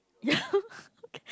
yeah okay